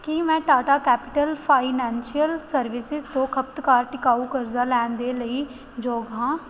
ਕੀ ਮੈਂ Tata capital financial services ਤੋਂ ਖਪਤਕਾਰ ਟਿਕਾਊ ਕਰਜ਼ਾ ਲੈਣ ਦੇ ਲਈ ਯੋਗ ਹਾਂ